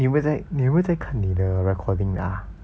你有没有在你有没有在看你的 recording 的 ah